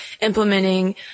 implementing